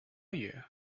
you